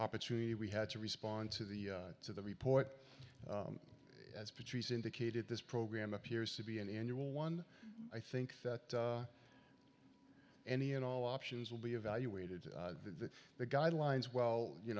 opportunity we had to respond to the to the report as patrice indicated this program appears to be an annual one i think that any and all options will be evaluated to the guidelines well you